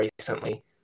recently